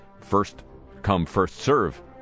first-come-first-serve